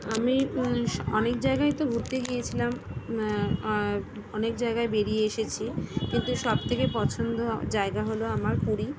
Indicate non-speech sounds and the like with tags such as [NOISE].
আমি [UNINTELLIGIBLE] অনেক জায়গায়ই তো ঘুরতে গিয়েছিলাম অনেক জায়গায় বেড়িয়ে এসেছি তবে সবথেকে পছন্দ জায়গা হলো আমার পুরী